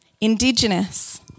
indigenous